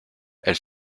elle